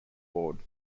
board